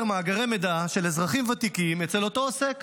מאגרי מידע של אזרחים ותיקים אצל אותו עוסק.